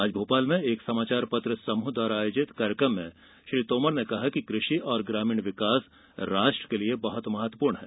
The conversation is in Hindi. आज भोपाल में एक समाचार पत्र द्वारा आयोजित कार्यक्रम में श्री तोमर ने कहा कि कृषि और ग्रामीण विकास राष्ट्र के लिये बहत महत्वपूर्ण है